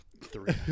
Three